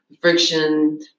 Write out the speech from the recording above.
friction